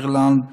אירלנד,